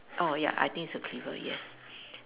oh ya I think it's a cleaver yes